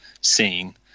seen